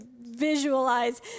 visualize